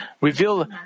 reveal